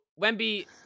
Wemby